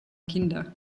kinder